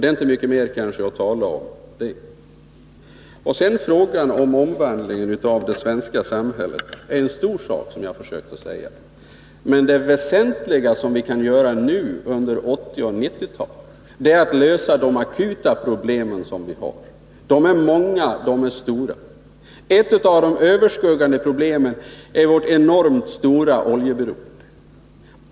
Det är inte mycket mer att säga om det. När det gäller frågan om omvandlingen av det svenska samhället, har jag försökt säga att det är en stor sak. Men det väsentliga som vi kan göra nu under 1980 och 1990-talen är att lösa de akuta problemen. De är många, och de är stora. Ett av de överskuggande problemen är vårt enormt stora oljeberoende.